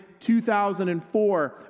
2004